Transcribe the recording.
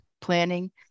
Planning